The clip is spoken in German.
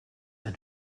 ein